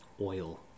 Oil